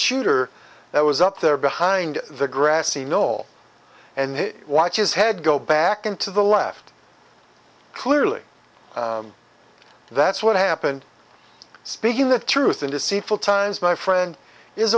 shooter that was up there behind the grassy knoll and watches head go back into the left clearly that's what happened speaking the truth in deceitful times my friend is